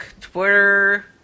Twitter